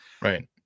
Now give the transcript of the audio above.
Right